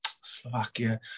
Slovakia